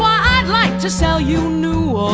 um like to sell you new